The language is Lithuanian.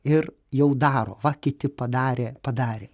ir jau daro va kiti padarė padarė